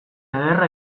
ederra